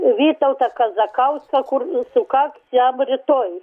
vytautą kazakauską kur sukaks jam rytoj